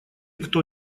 кто